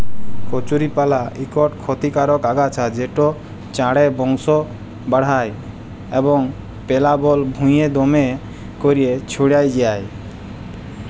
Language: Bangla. কচুরিপালা ইকট খতিকারক আগাছা যেট চাঁড়ে বংশ বাঢ়হায় এবং পেলাবল ভুঁইয়ে দ্যমে ক্যইরে ছইড়াই যায়